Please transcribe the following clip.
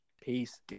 Peace